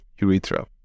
urethra